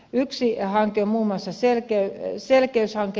yksi hanke on muun muassa selkeyshanke